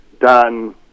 done